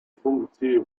функции